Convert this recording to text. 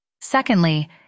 Secondly